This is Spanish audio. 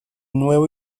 nuevo